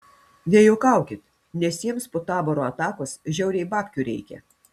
nejuokaukit nes jiems po taboro atakos žiauriai babkių reikia